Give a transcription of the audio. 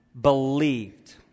believed